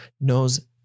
knows